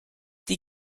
die